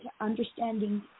understanding